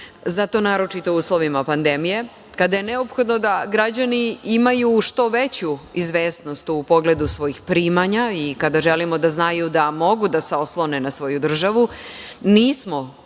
Zato naročito u uslovima pandemije, kada je neophodno da građani imaju što veću izvesnost u pogledu svojih primanja i kada želimo da znaju da mogu da se oslone na svoju državu, nismo